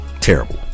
terrible